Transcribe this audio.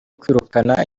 kwirukana